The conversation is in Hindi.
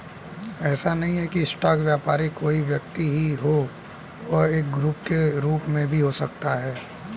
ऐसा नहीं है की स्टॉक व्यापारी कोई व्यक्ति ही हो वह एक ग्रुप के रूप में भी हो सकता है